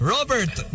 Robert